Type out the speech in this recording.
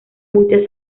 muchas